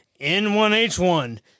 N1H1